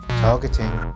targeting